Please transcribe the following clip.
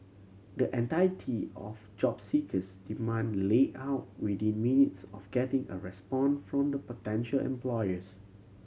the entirety of job seeker's demand lay out within minutes of getting a respond from the potential employers